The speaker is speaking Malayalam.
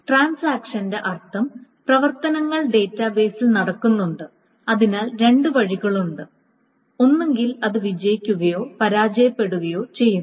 ട്രാൻസാക്ഷന്റെ അർത്ഥം പ്രവർത്തനങ്ങൾ ഡാറ്റാബേസിൽ നടക്കുന്നുണ്ട് അതിനാൽ രണ്ട് വഴികളുണ്ട് ഒന്നുകിൽ അത് വിജയിക്കുകയോ പരാജയപ്പെടുകയോ ചെയ്യുന്നു